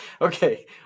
Okay